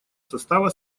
состава